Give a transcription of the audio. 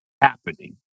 happening